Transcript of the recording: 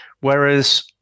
Whereas